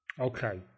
Okay